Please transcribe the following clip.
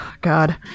God